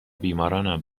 بیمارانم